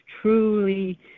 truly